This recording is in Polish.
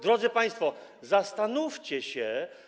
Drodzy państwo, zastanówcie się.